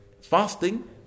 fasting